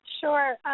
Sure